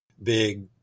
big